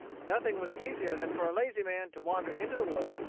nothing was easier than for a lazy man to wander into the woods,